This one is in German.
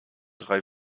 drei